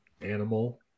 animal